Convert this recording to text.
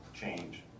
change